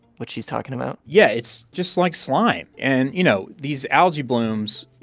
what she's talking about? yeah, it's just like slime. and, you know, these algae blooms,